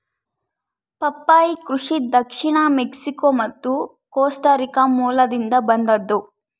ಪಪ್ಪಾಯಿ ಕೃಷಿ ದಕ್ಷಿಣ ಮೆಕ್ಸಿಕೋ ಮತ್ತು ಕೋಸ್ಟಾರಿಕಾ ಮೂಲದಿಂದ ಬಂದದ್ದು